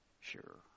sure